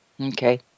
Okay